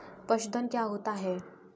पशुधन क्या होता है?